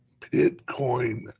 Bitcoin